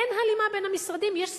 אין הלימה בין המשרדים, יש סתירה.